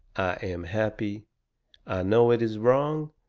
am happy. i know it is wrong,